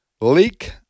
leak